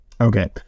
Okay